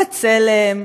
בצלם,